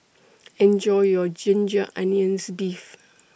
Enjoy your Ginger Onions Beef